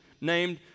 named